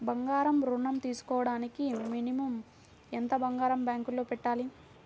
బంగారం ఋణం తీసుకోవడానికి మినిమం ఎంత బంగారం బ్యాంకులో పెట్టాలి?